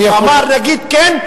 אמר: נגיד כן,